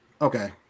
Okay